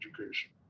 education